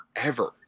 forever